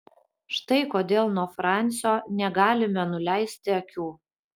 štai kodėl nuo fransio negalime nuleisti akių